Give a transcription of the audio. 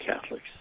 Catholics